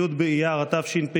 י' באייר התשפ"ג,